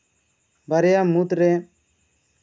ᱵᱟᱨᱭᱟ ᱢᱩᱫᱽᱨᱮ